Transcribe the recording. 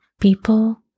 people